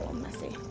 messy.